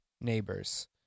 neighbors